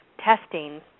testing